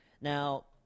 Now